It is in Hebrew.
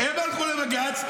הם הלכו לבג"ץ,